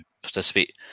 participate